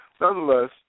Nonetheless